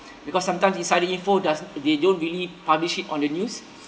because sometimes insider info does~ they don't really publish it on the news